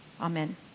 Amen